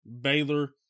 Baylor